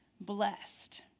blessed